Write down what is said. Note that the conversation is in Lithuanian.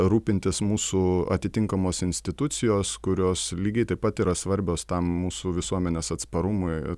rūpintis mūsų atitinkamos institucijos kurios lygiai taip pat yra svarbios tam mūsų visuomenės atsparumui